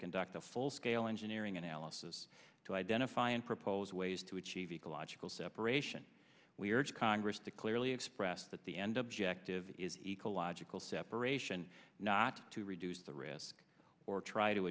conduct a full scale engineering analysis to identify and propose ways to achieve ecological separation we urge congress to clearly express that the end objective is ecological separation not to reduce the risk or try to